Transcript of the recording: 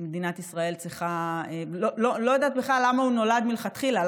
אני לא יודעת בכלל למה הוא נולד מלכתחילה,